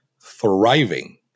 thriving